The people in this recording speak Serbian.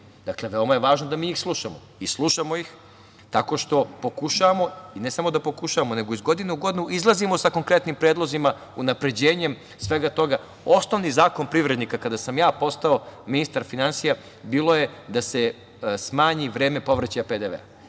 živimo, veoma je važno da njih slušamo i slušamo ih tako što pokušavamo, i ne samo da pokušavamo, nego iz godine u godinu izlazimo sa konkretnim predlozima unapređenjem svega toga. Osnovni zakon privrednika, kada sam ja postao ministar finansija, bilo je da se smanji vreme povraćaja PDV.